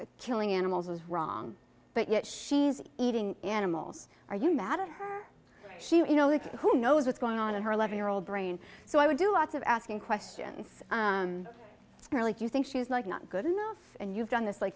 killing animals was wrong but yet she's eating animals are you mad at her you know who knows what's going on in her eleven year old brain so i would do lots of asking questions like you think she was like not good enough and you've done this like